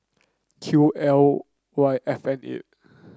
Q L Y F N eight